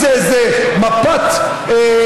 זה זמן שבטל.